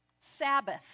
Sabbath